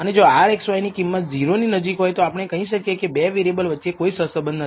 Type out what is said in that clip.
અને જો rxy ની કિંમત 0 ની નજીક હોય તો આપણે કહી શકીએ કે 2 વેરીએબલ વચ્ચે કોઈ સહસબંધ નથી